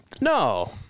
no